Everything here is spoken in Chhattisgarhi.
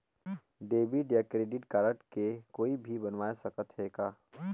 डेबिट या क्रेडिट कारड के कोई भी बनवाय सकत है का?